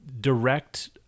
direct